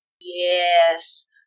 Yes